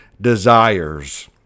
desires